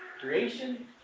creation